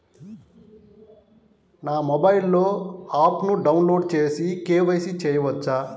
నా మొబైల్లో ఆప్ను డౌన్లోడ్ చేసి కే.వై.సి చేయచ్చా?